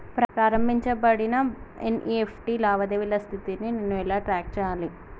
ప్రారంభించబడిన ఎన్.ఇ.ఎఫ్.టి లావాదేవీల స్థితిని నేను ఎలా ట్రాక్ చేయాలి?